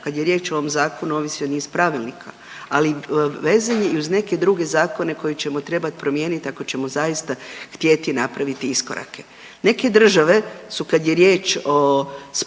Kad je riječ o ovom zakonu ovisi o niz pravilnika, ali vezan je i uz neke druge zakone koje ćemo trebati promijeniti ako ćemo zaista htjeti napraviti iskorake. Neke države su kad je riječ o sportu